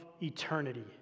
eternity